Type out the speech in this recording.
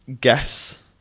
guess